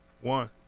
One